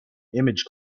image